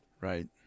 right